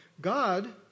God